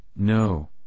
No